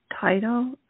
title